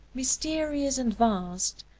mysterious and vast,